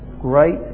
great